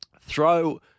throw